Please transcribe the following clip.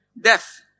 death